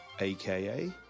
aka